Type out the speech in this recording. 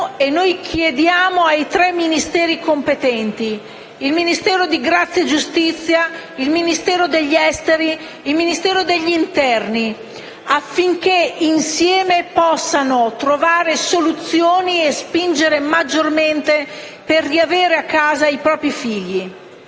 che chiediamo ai tre Ministeri competenti, il Ministero della giustizia, il Ministero degli affari esteri e il Ministero dell'interno, affinché insieme possano trovare soluzioni e spingere maggiormente per riavere a casa i propri figli.